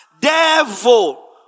devil